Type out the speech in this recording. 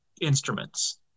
instruments